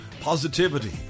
positivity